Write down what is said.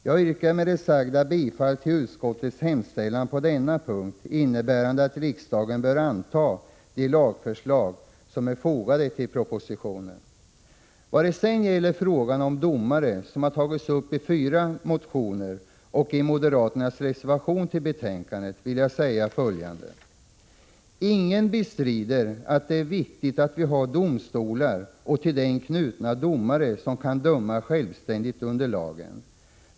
Jag yrkar med det sagda bifall till utskottets hemställan på denna punkt, innebärande att riksdagen bör anta de lagförslag som är fogade till propositionen. Vad sedan gäller frågan om domare, som har tagits upp i fyra motioner och i moderaternas reservation till betänkandet, vill jag säga följande. Ingen bestrider att det är viktigt att vi har domstolar och till dem knutna domare som kan döma självständigt under lagen.